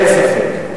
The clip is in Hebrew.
אין ספק.